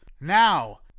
Now